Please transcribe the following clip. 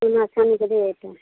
सोना चाँदी का रेट